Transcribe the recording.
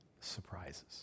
surprises